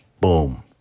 boom